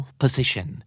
position